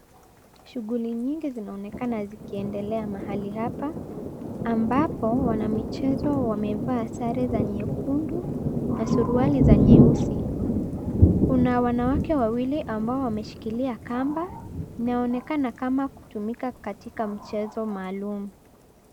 Shughuli nyingi zinaonekana zikiendelea mahali hapa ambapo wanamichezo wamevaa sare za nyekundu na siruali za nyeusi. Kuna wanawake wawili ambao wameshikilia kamba inaonekana kama kutumika katika mchezo maalum.